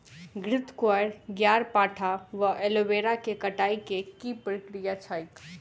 घृतक्वाइर, ग्यारपाठा वा एलोवेरा केँ कटाई केँ की प्रक्रिया छैक?